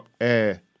air